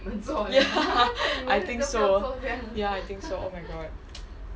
ya I think so ya I think so oh my god